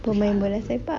pemain bola sepak